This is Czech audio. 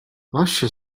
vaše